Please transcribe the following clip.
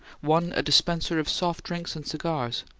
one a dispenser of soft drinks and cigars.